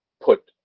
put